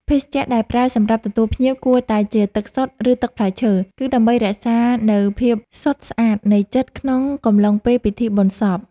ភេសជ្ជៈដែលប្រើសម្រាប់ទទួលភ្ញៀវគួរតែជាទឹកសុទ្ធឬទឹកផ្លែឈើ គឺដើម្បីរក្សានូវភាពសុទ្ធស្អាតនៃចិត្តក្នុងកំឡុងពេលពិធីបុណ្យសព។